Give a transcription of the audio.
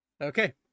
Okay